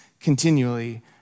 continually